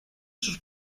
sus